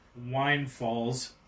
winefalls